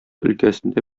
өлкәсендә